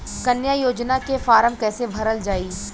कन्या योजना के फारम् कैसे भरल जाई?